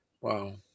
wow